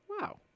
Wow